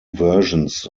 versions